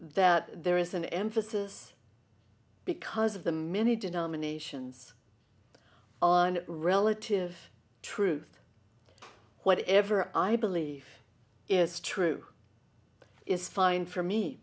that there is an emphasis because of the many denominations on relative truth whatever i believe is true is fine for me